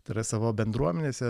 tai yra savo bendruomenėse